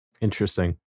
Interesting